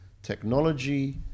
Technology